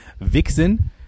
Vixen